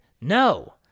No